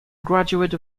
graduate